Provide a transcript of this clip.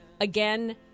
again